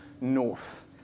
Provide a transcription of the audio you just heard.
north